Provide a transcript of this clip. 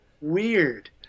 weird